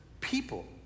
people